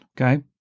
Okay